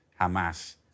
Hamas